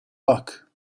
luck